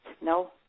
no